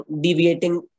deviating